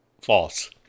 false